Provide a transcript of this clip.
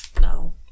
No